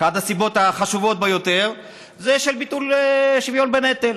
אחת הסיבות החשובות ביותר היא ביטול השוויון בנטל.